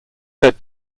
said